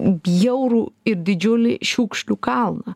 bjaurų ir didžiulį šiukšlių kalną